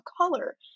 color